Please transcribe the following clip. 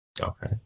Okay